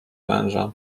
węża